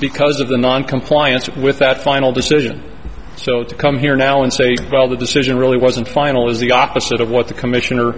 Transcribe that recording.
because of the noncompliance with that final decision so to come here now and say well the decision really wasn't final is the opposite of what the commissioner